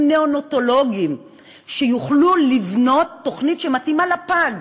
נאונטולוגים שיוכלו לבנות תוכנית שמתאימה לפג.